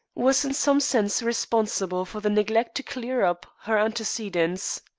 was in some sense responsible for the neglect to clear up her antecedents.